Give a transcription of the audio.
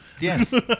Yes